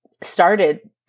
started